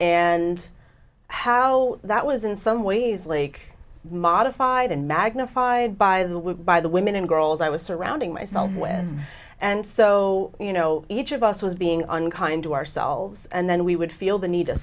and how that was in some ways like modified and magnified by the by the women and girls i was surrounding myself with and so you know each of us was being unkind to ourselves and then we would feel the need